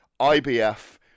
IBF